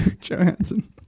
Johansson